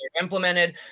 implemented